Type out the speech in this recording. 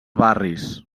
barris